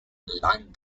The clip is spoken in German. land